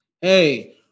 Hey